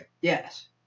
Yes